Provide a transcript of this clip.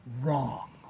wrong